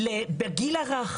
בגיל הרך